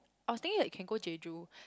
I was thinking that can go Jeju